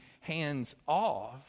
hands-off